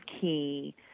key